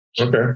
okay